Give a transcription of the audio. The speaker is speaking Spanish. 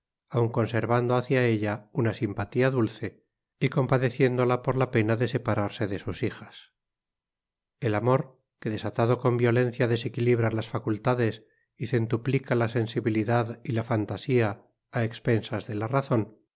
aun conservando hacia ella una simpatía dulce y compadeciéndola por la pena de separarse de sus hijas el amor que desatado con violencia desequilibra las facultades y centuplica la sensibilidad y la fantasía a expensas de la razón